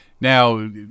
Now